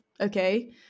Okay